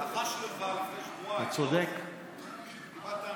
לחש לך לפני שבועיים, קיבלת הנחיות.